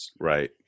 Right